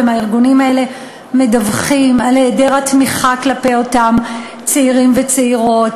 ומהארגונים האלה מדווחים על היעדר תמיכה כלפי אותם צעירים וצעירות.